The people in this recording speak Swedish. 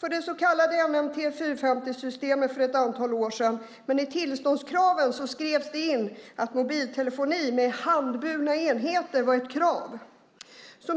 för det så kallade NMT 450-systemet, men i tillståndskraven skrevs det in att mobiltelefoni med handburna enheter var ett krav.